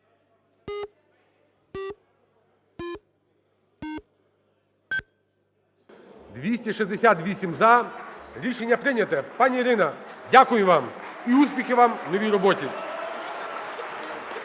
За-268 Рішення прийняте. Пані Ірина, дякую вам! І успіхів вам в новій роботі.